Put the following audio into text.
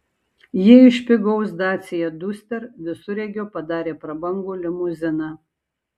jie iš pigaus dacia duster visureigio padarė prabangų limuziną